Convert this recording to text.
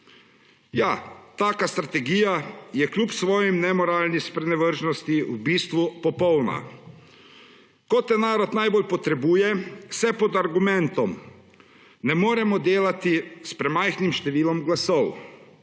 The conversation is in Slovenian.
Ja, taka strategija je kljub svoji nemoralni sprevrženosti v bistvu popolna. Ko te narod najbolj potrebuje, se pod argumentom, »ne moremo delati s premajhnim številom glasov«,